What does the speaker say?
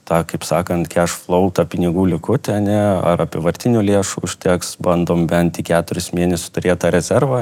tą kaip sakant cash flow tą pinigų likutį ane ar apyvartinių lėšų užteks bandom bent į keturis mėnesius turėt tą rezervą